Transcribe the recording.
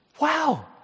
Wow